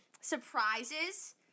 surprises